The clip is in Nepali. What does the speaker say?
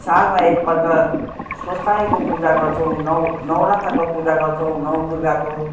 सालमा एकपल्ट स्वस्थानीको पूजा गर्छौँ न नौरथाको पूजा गर्छौँ नौ दुर्गाको